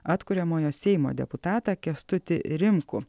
atkuriamojo seimo deputatą kęstutį rimkų